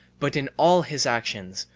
but in all his actions,